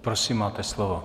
Prosím, máte slovo.